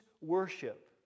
worship